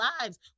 lives